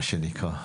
מה שנקרא.